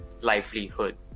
livelihood